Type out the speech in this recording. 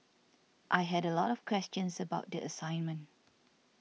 I had a lot of questions about the assignment